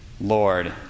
Lord